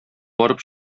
барып